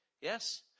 Yes